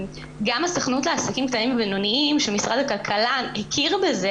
גם הסוכנות לעסקים קטנים ובינוניים של משרד הכלכלה הכירה בזה